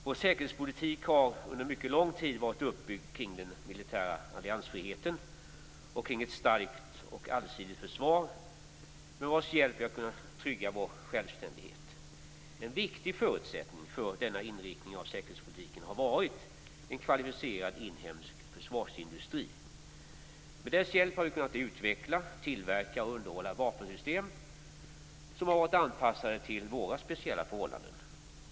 Vår säkerhetspolitik har under mycket lång tid varit uppbyggd kring den militära alliansfriheten och kring ett starkt och allsidigt försvar med vars hjälp vi har kunnat trygga vår självständighet. En viktig förutsättning för denna inriktning av säkerhetspolitiken har varit en kvalificerad inhemsk försvarsindustri. Med dess hjälp har vi kunnat utveckla, tillverka och underhålla vapensystem som har varit anpassade till våra speciella förhållanden.